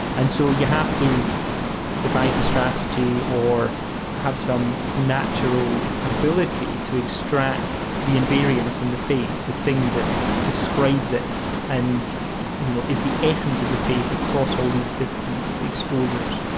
and so you have to devise a strategy or have some natural ability to extract the invariance in the face, the thing that describes it and you know is the essence of the face across all these different exposures.